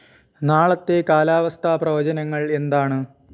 നാളത്തെ കാലാവസ്ഥ പ്രവചനങ്ങൾ എന്താണ്